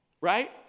right